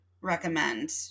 recommend